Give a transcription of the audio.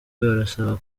barasaba